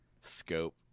scope